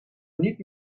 niet